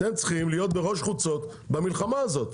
אתם צריכים להיות בראש חוצות במלחמה הזאת,